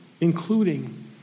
including